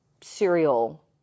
cereal